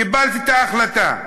קיבלתי את ההחלטה.